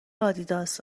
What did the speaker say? آدیداس